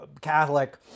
Catholic